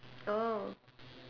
oh